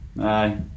Aye